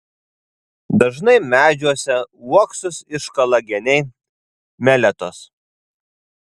dažnai medžiuose uoksus iškala geniai meletos